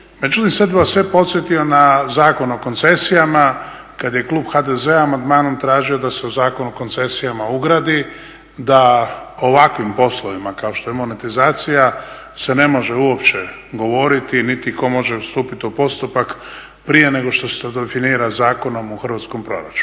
Međutim, sad bih vas sve podsjetio na Zakon o koncesijama, kad je klub HDZ-a amandmanom tražio da se u Zakon o koncesijama ugradi da ovakvim poslovima kao što je monetizacija se ne može uopće govoriti niti tko može stupit u postupak prije nego što se to definira zakonom u Hrvatskom saboru.